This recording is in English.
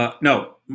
No